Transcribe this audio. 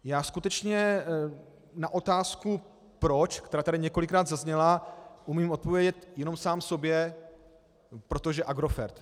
Já skutečně na otázku proč, která tady několikrát zazněla, umím odpovědět jenom sám sobě protože Agrofert.